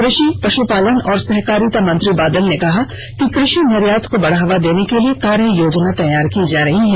कृषि पश्पालन और सहकारिता मंत्री बादल ने कहा कि कृषि निर्यात को बढ़ावा देने के लिए कार्ययोजना तैयार की जा रही है